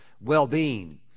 well-being